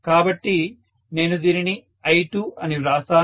కాబట్టి నేను దీనిని I2 అని వ్రాస్తాను